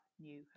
new